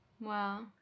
Wow